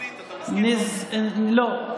יהודית-פלסטינית אתה מסכים, לא?